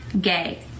Gay